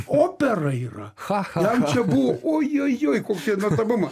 opera yra cha cha jam čia buvo ojojoj kokia nuostabuma